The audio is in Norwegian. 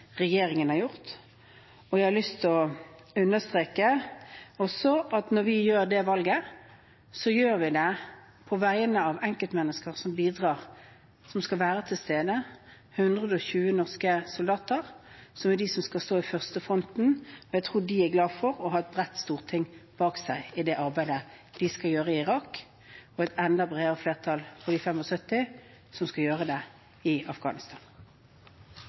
regjeringen har gjort. Jeg har også lyst til å understreke at når vi gjør det valget, gjør vi det på vegne av enkeltmennesker som bidrar, som skal være til stede. Det er 120 norske soldater som skal stå i første front, og jeg tror at de er glad for å ha et bredt storting bak seg i det arbeidet de skal gjøre i Irak, og det er et enda bredere flertall for de 75 som gjør det i Afghanistan.